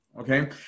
Okay